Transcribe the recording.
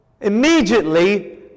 immediately